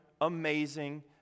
amazing